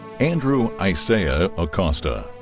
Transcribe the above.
andrew isiah acosta.